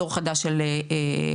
דור חדש של מעשנים,